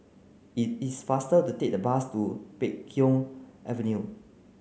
it is faster to take the bus to Pheng Avenue